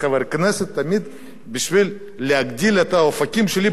בשביל להרחיב את האופקים שלי באיזה נושא,